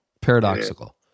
Paradoxical